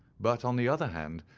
but, on the other hand,